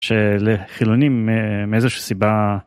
שלחילונים מאיזשהו סיבה.